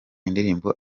indirimbo